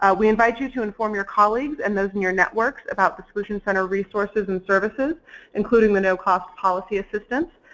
ah we invite you to inform your colleagues and those in your networks about the solution center resources and services including the no cost policy assistance.